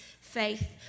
faith